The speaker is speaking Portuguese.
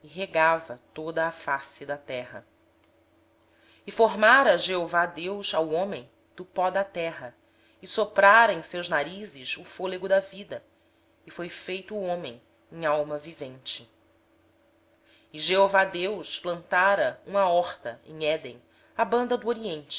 regava toda a face da terra e formou o senhor deus o homem do pó da terra e soprou lhe nas narinas o fôlego da vida e o homem tornou-se alma vivente então plantou o senhor deus um jardim da banda do oriente